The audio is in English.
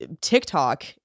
TikTok